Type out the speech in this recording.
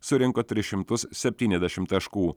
surinko tris šimtus septyniasdešimt taškų